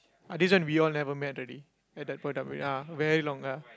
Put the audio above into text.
ah this when we all never met already at that point ah ya very long ya